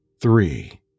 three